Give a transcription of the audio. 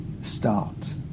start